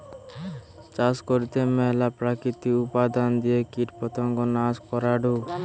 চাষ করতে ম্যালা প্রাকৃতিক উপাদান দিয়ে কীটপতঙ্গ নাশ করাঢু